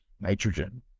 nitrogen